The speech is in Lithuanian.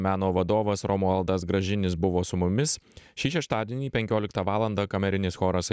meno vadovas romualdas gražinis buvo su mumis šį šeštadienį penkioliktą valandą kamerinis choras